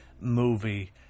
movie